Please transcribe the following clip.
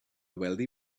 wealthy